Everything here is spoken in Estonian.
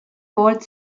poolt